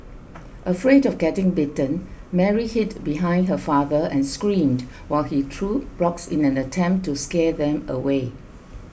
afraid of getting bitten Mary hid behind her father and screamed while he threw rocks in an attempt to scare them away